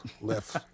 Left